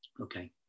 Okay